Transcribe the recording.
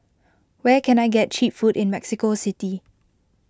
where can I get Cheap Food in Mexico City